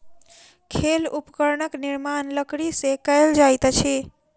खेल उपकरणक निर्माण लकड़ी से कएल जाइत अछि